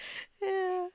yeah